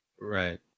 right